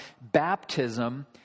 baptism